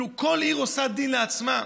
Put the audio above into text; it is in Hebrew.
כל עיר עושה דין לעצמה.